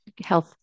Health